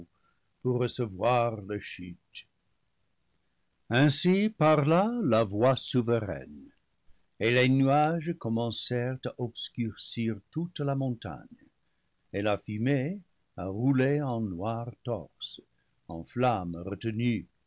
pour recevoir leur chute ainsi parla la voix souveraine et les nuages commencèrent à obscurcir toute la montagne et la fumée à rouler en noirs torses en flammes retenues